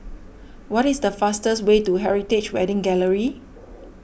what is the fastest way to Heritage Wedding Gallery